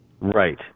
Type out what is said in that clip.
Right